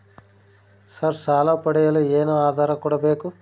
Sir ಸಾಲ ಪಡೆಯಲು ಏನು ಆಧಾರ ಕೋಡಬೇಕು?